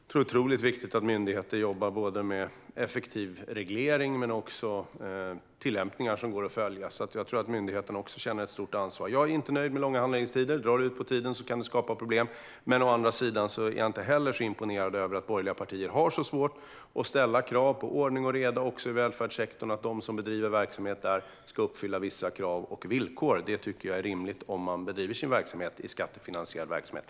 Fru talman! Det är otroligt viktigt att myndigheter jobbar både med effektiv reglering och tillämpningar som går att följa. Jag tror att myndigheterna också känner ett stort ansvar. Jag är inte nöjd med långa handläggningstider. Drar det ut på tiden kan det skapa problem. Men å andra sidan är jag inte heller så imponerad av att borgerliga partier har så svårt att ställa krav på ordning och reda också i välfärdssektorn - att de som bedriver verksamhet där ska uppfylla vissa krav och villkor. Det tycker jag är rimligt om man bedriver skattefinansierad verksamhet.